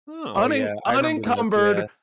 unencumbered